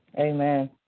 Amen